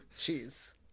cheese